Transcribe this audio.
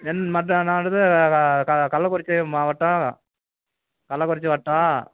என் மற்ற நான் வந்து க க கள்ளக்குறிச்சி மாவட்டம் கள்ளக்குறிச்சி வட்டம்